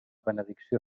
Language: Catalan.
benedicció